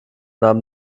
nahm